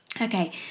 Okay